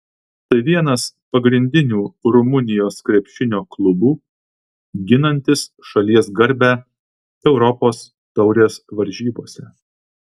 tai vienas pagrindinių rumunijos krepšinio klubų ginantis šalies garbę europos taurės varžybose